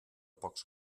pocs